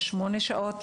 שמונה שעות,